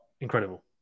incredible